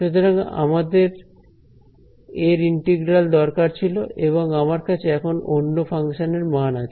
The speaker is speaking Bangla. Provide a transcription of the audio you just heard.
সুতরাং আমাদের এর ইন্টিগ্রাল দরকার ছিল এবং আমার কাছে এখন অন্য ফাংশনের মান আছে